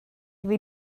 rhaid